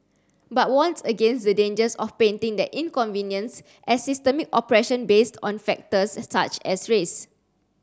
but warns against the dangers of painting that inconvenience as systemic oppression based on factors such as race